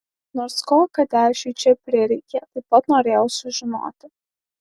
nors ko kadešui čia prireikė taip pat norėjau sužinoti